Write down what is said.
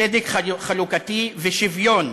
צדק חלוקתי ושוויון,